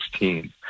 2016